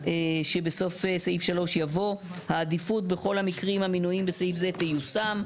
שבסוף סעיף (3 ) יבוא "העדיפות בכל המקרים המינויים בסעיף זה תיושם,